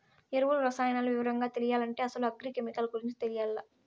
ఎరువులు, రసాయనాలు వివరంగా తెలియాలంటే అసలు అగ్రి కెమికల్ గురించి తెలియాల్ల